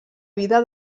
vida